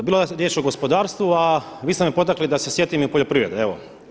Bilo je riječ o gospodarstvu, a vi ste me potakli da se sjetim i poljoprivrede.